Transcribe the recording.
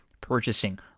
purchasing